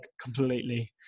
completely